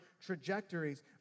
trajectories